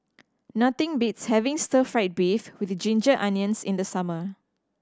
nothing beats having stir fried beef with ginger onions in the summer